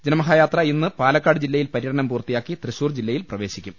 ജനമഹായാത്ര ഇന്ന് പാലക്കാട് ജില്ലയിൽ പര്യടനം പൂർത്തിയാക്കി തൃശൂർ ജില്ലയിൽ പ്രവേശിക്കും